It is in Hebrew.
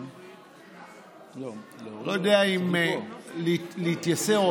לא יודע אם כדי להתייסר,